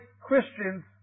Christians